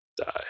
die